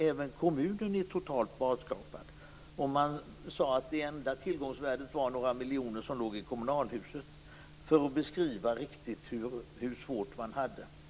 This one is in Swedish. Även kommunen är totalt barskrapad. För att riktigt beskriva hur svårt man hade det kan jag berätta att man sade att det enda tillgångsvärdet var några miljoner som låg i kommunalhuset.